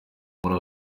muri